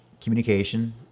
communication